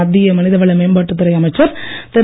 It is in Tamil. மத்திய மனிதவள மேம்பாட்டுத் துறை அமைச்சர் திரு